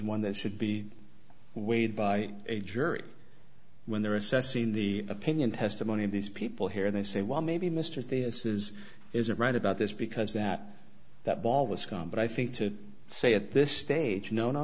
one that should be weighed by a jury when they're assessing the opinion testimony of these people here they say well maybe mr thius is isn't right about this because that that ball was gone but i think to say at this stage no no